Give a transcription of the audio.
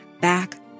back